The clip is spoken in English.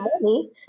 money